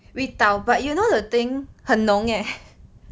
we 倒 but you know the thing 很浓 leh